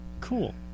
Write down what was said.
Cool